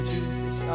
Jesus